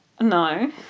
No